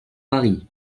paris